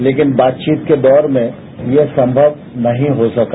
लेकिन बातचीत के दौर में यह संमव नहीं हो सका